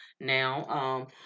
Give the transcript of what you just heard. now